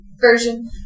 version